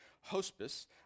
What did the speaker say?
Hospice